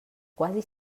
quasi